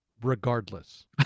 regardless